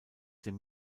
dem